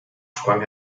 sprang